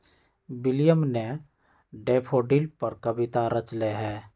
William ने daffodil पर कविता रच लय है